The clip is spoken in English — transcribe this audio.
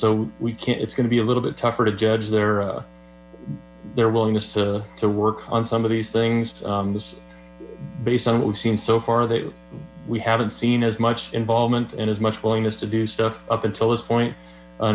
can't it's going to be a little bit tougher to judge their their willingness to to work on some of these things based on what we've seen so far that we haven't seen as much involvement and as much willingness to do stuff up until this point